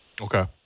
Okay